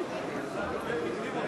בנושא: